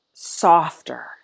Softer